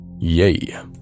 Yay